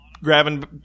Grabbing